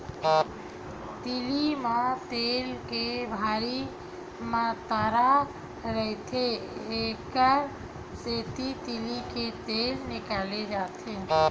तिली म तेल के भारी मातरा रहिथे, एकर सेती तिली ले तेल निकाले जाथे